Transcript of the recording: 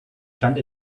stand